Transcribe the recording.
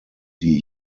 die